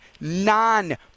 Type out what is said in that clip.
non